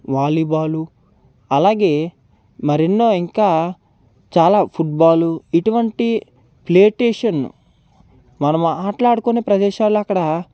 volleyball అలాగే మరెన్నో ఇంకా చాలా ఫుట్బాల్ ఇటువంటి ప్లే స్టేషన్ మనము ఆడుడుకునే ప్రదేశాలు అక్కడ